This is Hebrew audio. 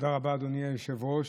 תודה רבה, אדוני היושב-ראש.